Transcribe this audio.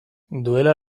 duela